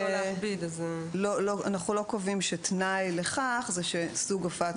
ואז אנחנו לא קובעים שתנאי לכך זה שסוג הופעת